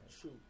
True